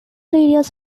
areas